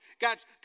God's